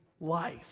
life